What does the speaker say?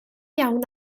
iawn